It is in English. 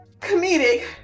comedic